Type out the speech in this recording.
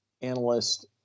analyst